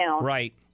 Right